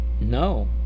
No